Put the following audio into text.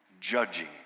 judging